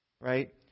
Right